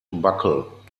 buckle